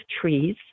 trees